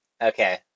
Okay